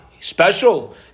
Special